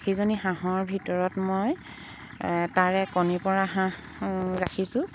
আশীজনী হাঁহৰ ভিতৰত মোৰ তাৰে কণী পৰা হাঁহ ৰাখিছোঁ